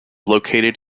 located